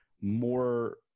more